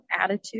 attitude